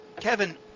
Kevin